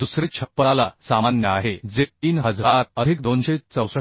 दुसरे छप्पराला सामान्य आहे जे 3000 अधिक 264